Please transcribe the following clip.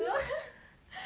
ya then